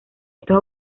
estos